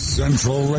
central